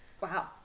Wow